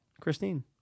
Christine